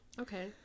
okay